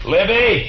Libby